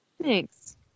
Thanks